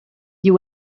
you